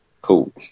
Cool